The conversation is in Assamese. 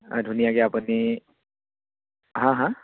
অঁ ধুনীয়াকৈ আপুনি হাঁ হাঁ